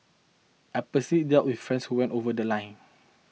I've person dealt with friends who went over The Line